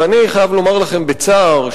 ואני חייב לומר לכם בצער,